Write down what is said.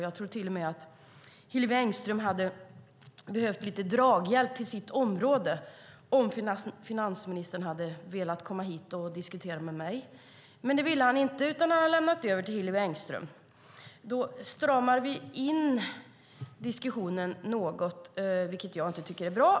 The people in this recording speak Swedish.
Jag tror till och med att Hillevi Engström hade fått lite draghjälp till sitt område om finansministern hade kommit hit för att diskutera med mig. Men det ville han inte, utan han lämnade över interpellationen till Hillevi Engström. Å ena sidan stramar vi in diskussionen något, vilket jag inte tycker är bra.